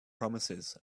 promises